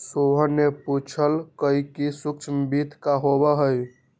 सोहन ने पूछल कई कि सूक्ष्म वित्त का होबा हई?